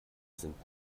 sind